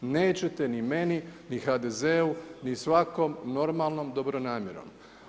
Nećete ni meni ni HDZ-u ni svakom normalnom dobro namjerom.